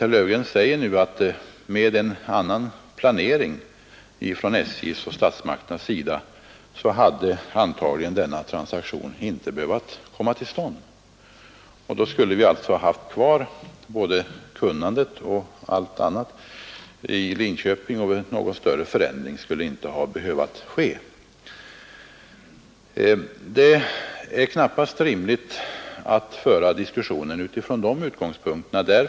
Herr Löfgren säger nu att denna transaktion, med en annan planering från SJ:s och statsmakternas sida, antagligen inte hade behövt komma till stånd — vi skulle då ha haft kvar kunnandet och allt annat i Linköping och någon större förändring skulle inte ha behövt ske. Det är knappast rimligt att föra diskussionen från de utgångspunkterna.